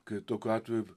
kai tokiu atveju